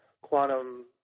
quantum